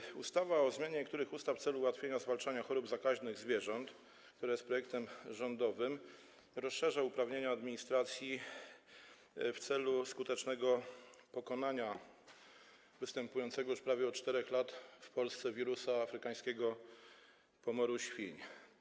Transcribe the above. Projekt ustawy o zmianie niektórych ustaw w celu ułatwienia zwalczania chorób zakaźnych zwierząt, który jest projektem rządowym, rozszerza uprawnienia administracji w celu skutecznego pokonania występującego już od prawie 4 lat w Polsce wirusa afrykańskiego pomoru świń.